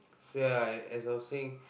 so ya as I was saying